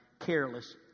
careless